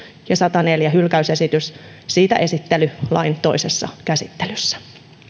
ja sataneljä hylkäysesitys siitä esittely lain toisessa käsittelyssä